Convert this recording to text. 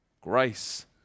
grace